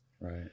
Right